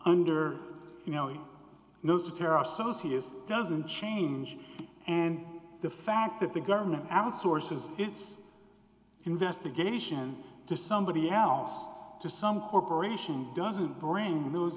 under you know he knows the terror so c is doesn't change and the fact that the government outsources its investigation to somebody else to some corporation doesn't bring those